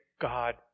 God